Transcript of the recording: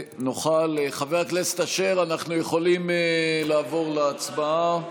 חבר הכנסת אשר, אנחנו יכולים לעבור להצבעה?